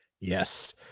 Yes